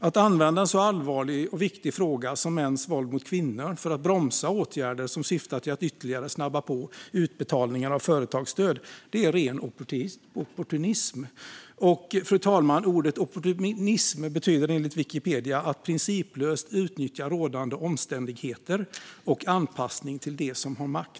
Att använda en så allvarlig och viktig fråga som mäns våld mot kvinnor för att bromsa åtgärder som syftar till att ytterligare snabba på utbetalningar av företagsstöd är ren opportunism. Ordet opportunism, fru talman, betyder enligt Wikipedia ett principlöst utnyttjande av rådande omständigheter och anpassning till dem som har makt.